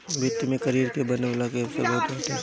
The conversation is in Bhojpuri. वित्त में करियर के बनवला के अवसर बहुते बाटे